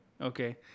Okay